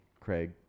craig